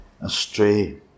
astray